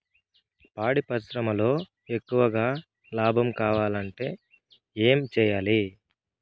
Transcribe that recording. పాడి పరిశ్రమలో ఎక్కువగా లాభం కావాలంటే ఏం చేయాలి?